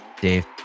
Dave